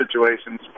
situations